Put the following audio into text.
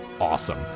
awesome